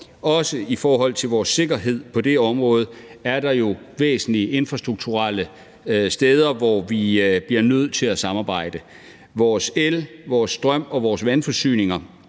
Også i forhold til vores sikkerhed på det område er der jo væsentlige infrastrukturelle punkter, hvor vi er nødt til at samarbejde. Vores el-, strøm- og vandforsyninger